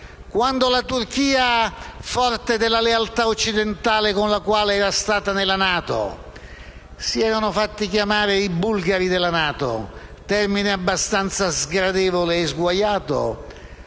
quando la Turchia, forte della lealtà occidentale con la quale era stata nella NATO - si erano fatti chiamare i bulgari della NATO (termine abbastanza sgradevole e sguaiato)